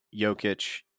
Jokic